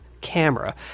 camera